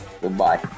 goodbye